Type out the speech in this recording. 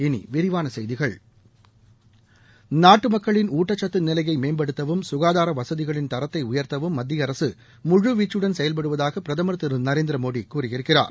இனி விரிவான செய்திகள் நாட்டு மக்களின் ஊட்டச்சத்து நிலையை மேம்படுத்தவும் சுகாதார வசதிகளின் தரத்தை உயா்த்தவும் மத்திய அரசு முழுவீச்சுடன் செயல்படுவதாக பிரதமர் திரு நரேந்திரமோடி கூறியிருக்கிறார்